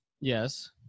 Yes